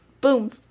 boom